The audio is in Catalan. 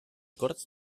corts